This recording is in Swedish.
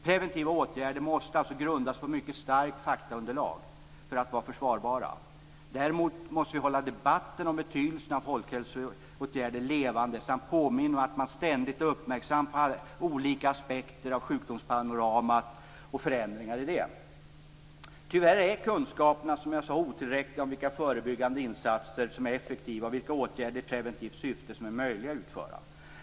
Preventiva åtgärder måste alltså grundas på ett mycket starkt faktaunderlag för att vara försvarbara. Däremot måste vi hålla debatten om betydelsen av folkhälsoåtgärder levande samt påminna om att man ständigt skall vara uppmärksam på olika aspekter av sjukdomspanoramat och förändringar i det. Tyvärr är kunskaperna, som jag sade, otillräckliga om vilka förebyggande insatser som är effektiva och vilka åtgärder i preventivt syfte som är möjliga att utföra.